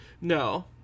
No